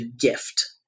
gift